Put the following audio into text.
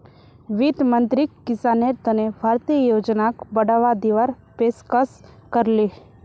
वित्त मंत्रीक किसानेर तने भारतीय योजनाक बढ़ावा दीवार पेशकस करले